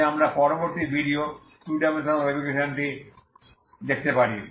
যাতে আমরা পরবর্তী ভিডিও 2 ডাইমেনশনাল ওয়েভ ইকুয়েশন টি দেখতে পারি